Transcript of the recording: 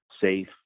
safe